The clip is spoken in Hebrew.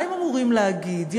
מה הם אמורים להגיד,